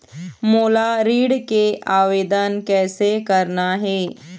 मोला ऋण के आवेदन कैसे करना हे?